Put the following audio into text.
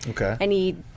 Okay